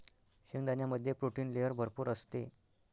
शेंगदाण्यामध्ये protein layer भरपूर असते